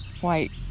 white